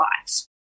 lives